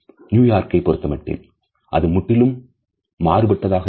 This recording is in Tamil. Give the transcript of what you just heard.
நியூயார்க்கை பொறுத்தமட்டில் அது முற்றிலும் மாறுபட்டதாக இருக்கும்